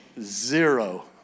zero